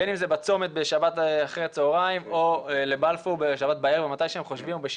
בין אם זה בצומת בשבת אחר הצהריים או לבלפור בשבת בערב או בשישי,